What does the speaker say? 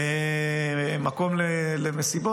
מקום למסיבות,